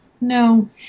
no